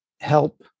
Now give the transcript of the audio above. help